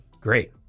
Great